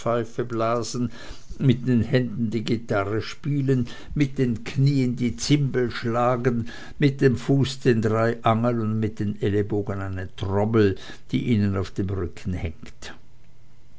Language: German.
blasen mit den händen die gitarre spielen mit den knien die zimbel schlagen mit dem fuß den dreiangel und mit den ellbogen eine trommel die ihnen auf dem rücken hängt